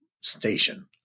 station